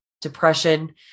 depression